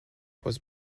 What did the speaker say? was